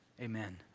Amen